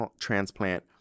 transplant